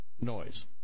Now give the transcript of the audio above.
noise